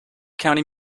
county